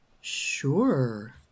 Sure